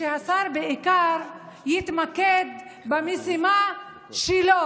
ושהשר בעיקר יתמקד במשימה שלו.